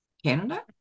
Canada